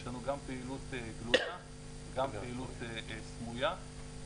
יש לנו גם פעילות גלויה וגם פעילות סמויה.